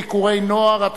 ביקורי נוער),